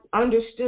understood